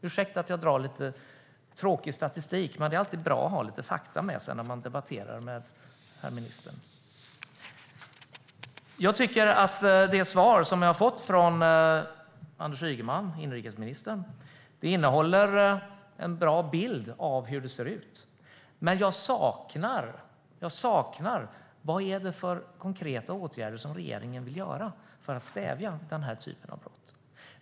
Ursäkta att jag tar upp lite tråkig statistik, men det är alltid bra att ha lite fakta med sig när man debatterar med herr ministern. Det svar som jag har fått från inrikesminister Anders Ygeman innehåller en bra bild av hur det ser ut, men jag saknar konkreta åtgärder som regeringen vill vidta för att stävja den här typen av brott.